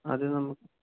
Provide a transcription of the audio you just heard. അത് നമുക്ക്